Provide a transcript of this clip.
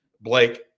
Blake